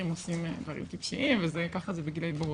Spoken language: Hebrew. עושים דברים טיפשיים וככה זה בגיל ההתבגרות,